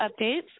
updates